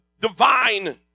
divine